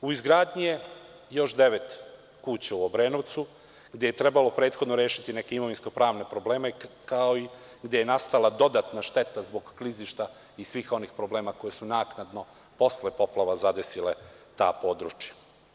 U izgradnji je još devet kuća u Obrenovcu, gde je trebalo prethodno rešiti neke imovinsko-pravne probleme, kao i tamo gde je nastala dodatna šteta zbog klizišta i svih onih problema koji su naknadno, posle poplava, zadesile ta područja.